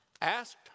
asked